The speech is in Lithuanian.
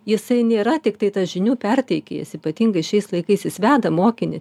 jisai nėra tiktai tas žinių perteikėjas ypatingai šiais laikais jis veda mokinį